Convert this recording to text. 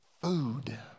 food